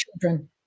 children